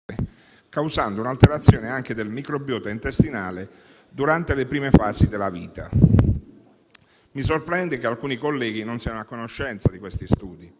causando un'alterazione anche del microbiota intestinale durante le prime fasi della vita. Mi sorprende che alcuni colleghi non siano a conoscenza di questi studi.